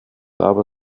aber